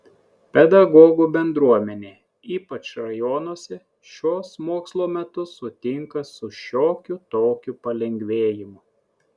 pedagogų bendruomenė ypač rajonuose šiuos mokslo metus sutinka su šiokiu tokiu palengvėjimu